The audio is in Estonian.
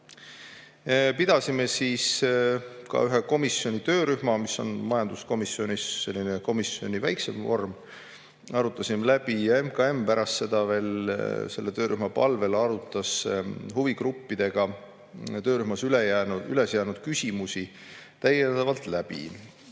[Moodustasime] ka ühe komisjoni töörühma, mis on majanduskomisjonis selline väiksem vorm. Arutasime läbi ja pärast seda veel MKM selle töörühma palvel arutas huvigruppidega töörühmas üles jäänud küsimusi täiendavalt.